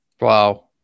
Wow